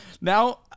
Now